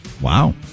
Wow